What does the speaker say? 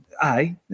Aye